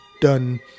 done